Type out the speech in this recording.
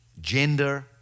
gender